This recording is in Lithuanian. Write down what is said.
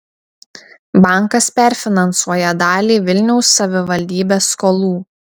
bankas perfinansuoja dalį vilniaus savivaldybės skolų